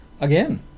again